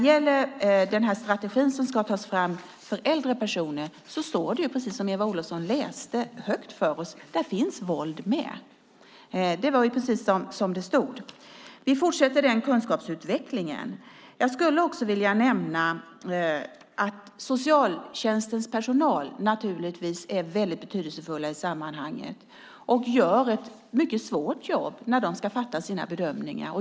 I den strategi som ska tas fram för äldre personer står det precis så som Eva Olofsson läste högt för oss. Där finns det som handlar om våld med. Vi fortsätter den kunskapsutvecklingen. Jag skulle också vilja nämna att socialtjänstens personal är betydelsefull i sammanhanget. De utför ett mycket svårt jobb när de gör sina bedömningar.